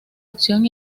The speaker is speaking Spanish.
opción